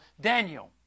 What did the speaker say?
Daniel